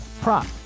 prop